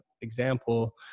example